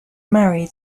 married